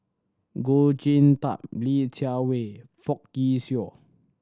Goh Sin Tub Li Jiawei Fock